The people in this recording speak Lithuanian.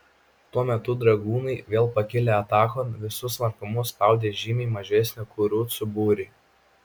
tuo metu dragūnai vėl pakilę atakon visu smarkumu spaudė žymiai mažesnį kurucų būrį